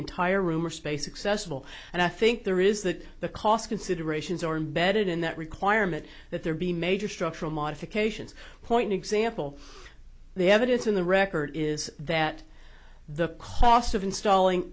entire room or space accessible and i think there is that the cost considerations are embedded in that requirement that there be major structural modifications point example the evidence in the record is that the cost of installing